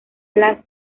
las